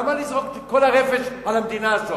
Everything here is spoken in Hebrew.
למה לזרוק את כל הרפש על המדינה הזאת?